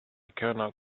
cannot